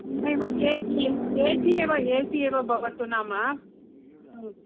नैव ये सी एव ए सी एव भवतु नाम